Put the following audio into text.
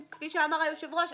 כפי שאמר היושב ראש,